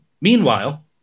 Meanwhile